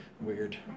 Weird